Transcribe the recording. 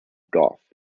golf